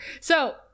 So-